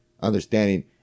understanding